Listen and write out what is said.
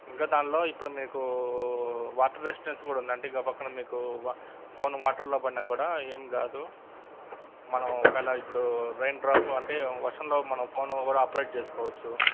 ఇంకా దానిలో ఇప్పుడు మీకు వాటర్ రెసిటెన్స్ కూడా ఉంది అంటే ఇంక పక్కన మీకు ఫోను వాటర్లో పడినా కూడా ఏమి కాదు మనం ఒకవేళ ఇప్పుడు రైన్ డ్రాప్ అంటే వర్షంలో మనం ఫోను కూడా ఆపరేట్ చేసుకోవచ్చు